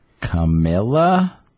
Camilla